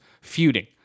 feuding